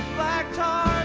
black tar,